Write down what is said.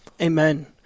Amen